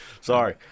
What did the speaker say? sorry